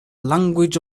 language